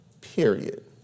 Period